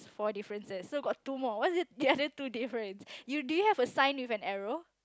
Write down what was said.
four differences so got two more what is it the other two differences you do you have a sign with an arrow